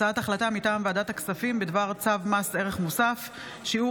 החלטת ועדת הכספים בדבר צו מס ערך מוסף (שיעור